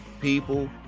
people